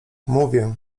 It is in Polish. mówię